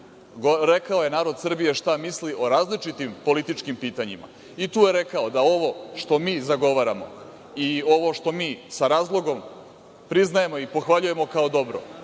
Rekao je narod Srbije šta misli o različitim političkim pitanjima i tu je rekao da ovo što mi zagovaramo i ovo što mi sa razlogom priznajemo i pohvaljujemo kao dobro,